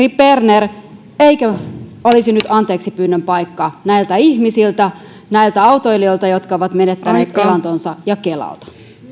berner eikö olisi nyt anteeksipyynnön paikka näiltä ihmisiltä näiltä autoilijoilta jotka ovat menettäneet elantonsa ja kelalta